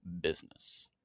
business